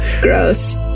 Gross